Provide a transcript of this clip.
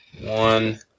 One